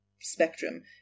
spectrum